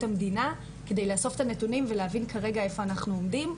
המדינה כדי לאסוף את הנתונים ולהבין כרגע איפה אנחנו עומדים,